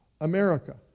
America